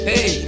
Hey